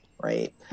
right